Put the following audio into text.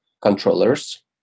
controllers